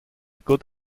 good